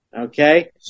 okay